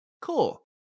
Cool